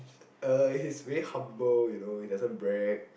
uh he's very humble you know he doesn't brag